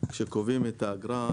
שכשקובעים את האגרה,